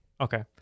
Okay